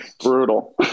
Brutal